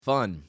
fun